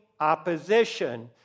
opposition